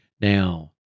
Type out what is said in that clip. Now